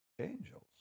angels